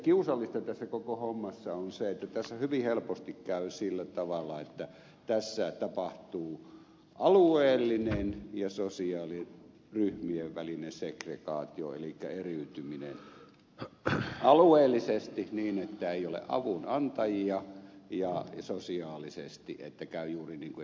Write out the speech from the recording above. kiusallista tässä koko hommassa on se että tässä hyvin helposti käy sillä tavalla että tässä tapahtuu alueellinen ja sosiaaliryhmien välinen segregaatio elikkä eriytyminen alueellisesti niin että ei ole avun antajia ja sosiaalisesti niin että käy juuri niin kuin ed